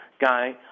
guy